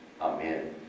Amen